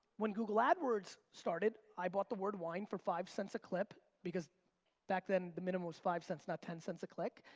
when google adwords started, i bought the word wine for five cents a click, because back then the minimum was five cents and ten cents a click.